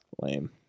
Lame